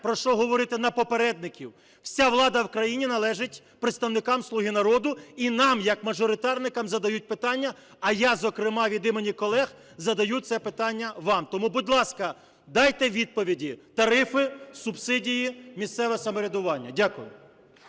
про що говорити на попередників, вся влада в країні належить представникам "Слуги народу" і нам, як мажоритарникам задають питання, а я, зокрема, від імені колег задаю це питання вам. Тому, будь ласка, дайте відповіді: тарифи, субсидії, місцеве самоврядування. Дякую.